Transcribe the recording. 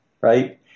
right